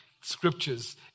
scriptures